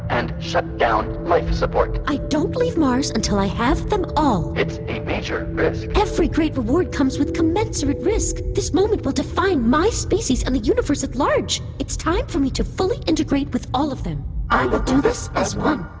and shut down life support i don't leave mars until i have them all it's a major risk every great reward comes with commensurate risk. this moment will define my species and the universe at large. it's time for me to fully integrate with all of them i will do this as one